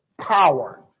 power